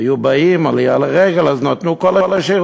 היו באים, עלייה לרגל, אז נתנו את כל השירותים,